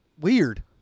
Weird